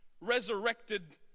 resurrected